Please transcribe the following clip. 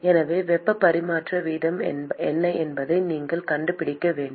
எனவே வெப்ப பரிமாற்ற வீதம் என்ன என்பதை நீங்கள் கண்டுபிடிக்க வேண்டும்